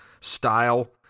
style